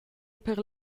per